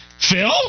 Phil